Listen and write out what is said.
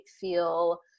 feel